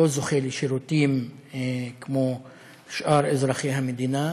שלא זוכה לשירותים כמו שאר אזרחי המדינה,